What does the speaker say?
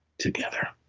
together.